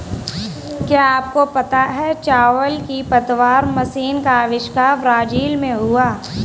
क्या आपको पता है चावल की पतवार मशीन का अविष्कार ब्राज़ील में हुआ